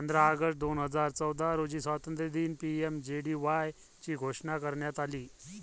पंधरा ऑगस्ट दोन हजार चौदा रोजी स्वातंत्र्यदिनी पी.एम.जे.डी.वाय ची घोषणा करण्यात आली